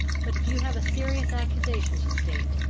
but if you have a serious accusation to state,